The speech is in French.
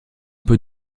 peut